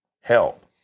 help